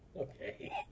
Okay